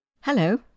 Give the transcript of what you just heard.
Hello